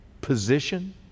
position